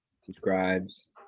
subscribes